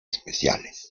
especiales